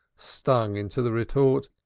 stung into the retort,